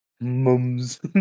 Mums